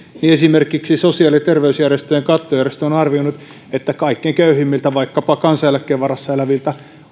niin esimerkiksi sosiaali ja terveysjärjestöjen kattojärjestö on arvioinut että kaikkein köyhimmiltä vaikkapa kansaneläkkeen varassa eläviltä